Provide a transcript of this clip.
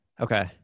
Okay